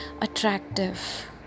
attractive